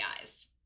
eyes